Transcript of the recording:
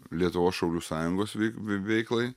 lietuvos šaulių sąjungos vi veiklai